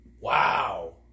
Wow